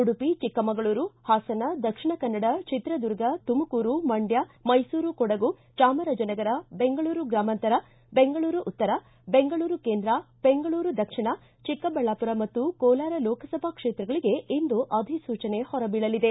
ಉಡುಪಿ ಚಿಕ್ಕಮಗಳೂರು ಹಾಸನ ದಕ್ಷಿಣ ಕನ್ನಡ ಚಿತ್ರದುರ್ಗ ತುಮಕೂರು ಮಂಡ್ಕ ಮೈಸೂರು ಕೊಡಗು ಚಾಮರಾಜನಗರ ಬೆಂಗಳೂರು ಗ್ರಾಮಾಂತರ ಬೆಂಗಳೂರು ಉತ್ತರ ಬೆಂಗಳೂರು ಕೇಂದ್ರ ಬೆಂಗಳೂರು ದಕ್ಷಿಣ ಚಿಕ್ಕಬಳ್ಳಾಪುರ ಮತ್ತು ಕೋಲಾರ ಲೋಕಸಭಾ ಕ್ಷೇತ್ರಗಳಿಗೆ ಇಂದು ಅಧಿಸೂಚನೆ ಹೊರಬೀಳಲಿದೆ